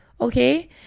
okay